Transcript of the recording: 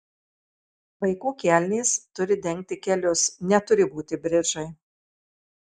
vaikų kelnės turi dengti kelius neturi būti bridžai